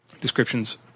descriptions